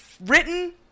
written